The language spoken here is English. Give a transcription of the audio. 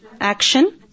action